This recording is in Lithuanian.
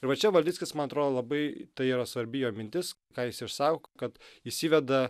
ir va čia valickis man atrodo labai tai yra svarbi jo mintis ką jis ir sako kad jis įveda